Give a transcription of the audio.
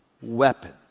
weapon